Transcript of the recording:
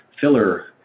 filler